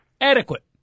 Adequate